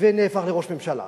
ונהפך לראש ממשלה,